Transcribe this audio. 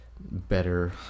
Better